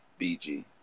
BG